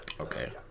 okay